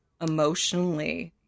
emotionally